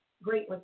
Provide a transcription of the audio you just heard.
Great